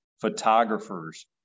photographers